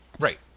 Right